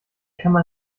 kammer